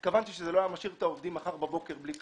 התכוונתי שזה לא היה משאיר את העובדים מחר בבוקר בלי כלום.